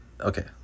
okay